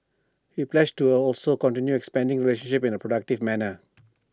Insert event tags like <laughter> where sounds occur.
he pledged to <hesitation> also continue expanding the relationship in A productive manner